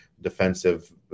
defensive